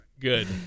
good